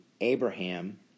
Abraham